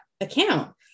account